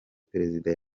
perezida